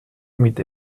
mit